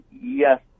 Yes